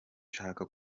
nshaka